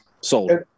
Sold